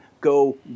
go